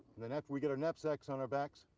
then, after we get our knapsacks on our backs,